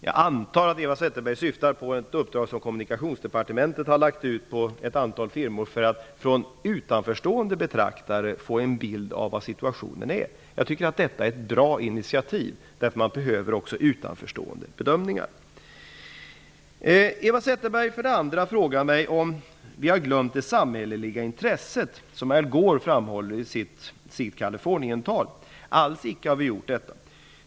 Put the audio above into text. Jag antar att Eva Zetterberg syftar på ett uppdrag som Kommunikationsdepartementet har lagt ut på ett antal firmor för att från utomstående betraktare få en bild av situationen. Jag tycker att detta är ett bra initiativ, eftersom man behöver också utomstående bedömningar. Eva Zetterbergs andra frågeställning är om vi har glömt det samhälleliga intresset, som Al Gore framhåller i sitt kaliforniental. Det har vi alls icke gjort.